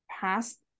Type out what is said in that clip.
past